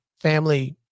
family